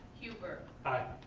hubbert. aye.